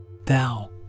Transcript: Thou